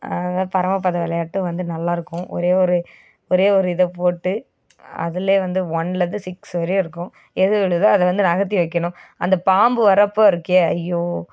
அதனால் பரமபதம் விளையாட்டும் வந்து நல்லா இருக்கும் ஒரே ஒரு ஒரே ஒரு இதை போட்டு அதில் வந்து ஒன்லேருந்து சிக்ஸ் வரையும் இருக்கும் எது விழுதோ அதை வந்து நகர்த்தி வைக்கணும் அந்த பாம்பு வரப்போ இருக்கே ஐயோ